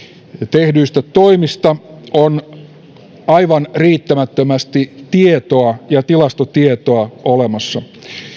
tehdyistä toimista on aivan riittämättömästi tietoa ja tilastotietoa olemassa